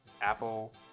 Apple